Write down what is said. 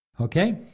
Okay